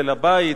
שה לבית.